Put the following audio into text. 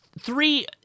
Three